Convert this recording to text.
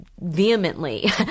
vehemently